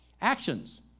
Actions